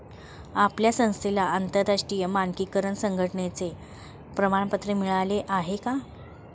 आपल्या संस्थेला आंतरराष्ट्रीय मानकीकरण संघटने चे प्रमाणपत्र मिळाले आहे का?